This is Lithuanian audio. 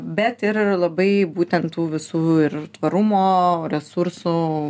bet ir labai būtent tų visų ir tvarumo resursų